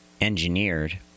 engineered